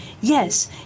Yes